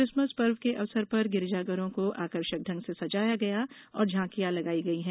Christmas पर्व के अवसर पर गिरजाघरों को आकर्षक ढंग से सजाया गया और झांकियां लगाई गई हैं